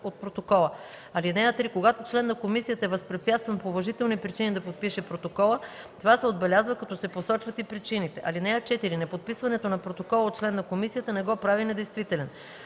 от протокола. (3) Когато член на комисията е възпрепятстван по уважителни причини да подпише протокола, това се отбелязва, като се посочват и причините. (4) Неподписването на протокола от член на комисията не го прави недействителен.